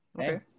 okay